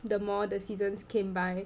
the more the seasons came by